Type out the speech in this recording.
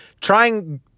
trying